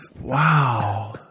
Wow